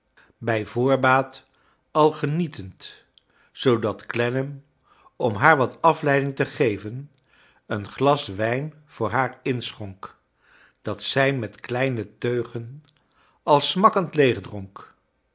brj voorbaat al genietende zoodat clennam om haar wat af lei ding te geven een glas wrjn voor haar inschonk dat zij met kleine teugen al smakkend